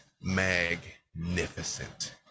magnificent